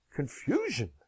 Confusion